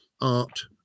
art